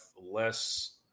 less